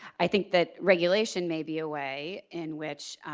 i think that regulation may be a way in which,